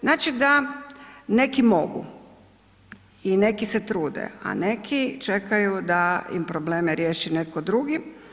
Znači da neki mogu i neki se trude, a neki čekaju da im probleme riješi netko drugi.